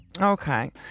Okay